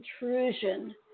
intrusion